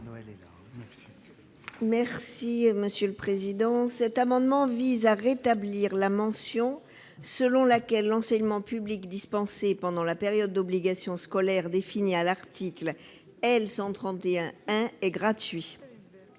Françoise Laborde. Cet amendement vise à rétablir la mention selon laquelle l'enseignement public dispensé pendant la période d'obligation scolaire définie à l'article L. 131-1 est gratuit.